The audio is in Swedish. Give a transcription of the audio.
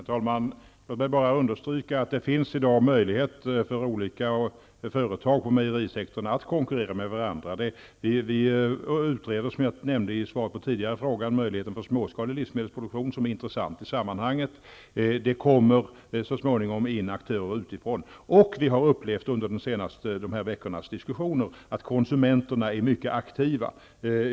Herr talman! Låt mig bara understryka att det i dag finns möjlighet för olika företag på mejerisektorn att konkurrera med varandra. Vi utreder, som jag nämnde i svaret på den tidigare frågan, möjligheten för småskalig livsmedelsproduktion, som är intressant i sammanhanget. Det kommer så småningom in aktörer utifrån, och vi har under de senaste veckornas diskussioner upplevt att konsumenterna är mycket aktiva.